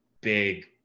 big